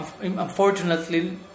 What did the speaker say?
unfortunately